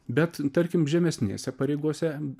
bet tarkim žemesnėse pareigose